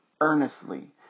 earnestly